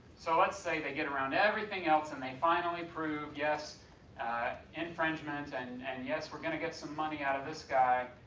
so let's say they get around everything else and they finally prove, yes infringement and and yes we're going to get some money out of this guy,